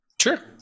Sure